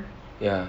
ya